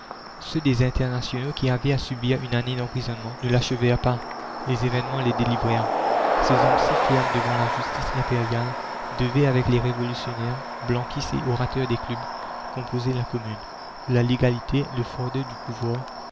ceux des internationaux qui avaient à subir une année d'emprisonnement ne l'achevèrent pas les événements les délivrèrent ces hommes si fermes devant la justice impériale devaient avec les révolutionnaires blanquistes et orateurs des clubs composer la commune où la légalité le fardeau du pouvoir